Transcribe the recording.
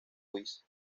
ruiz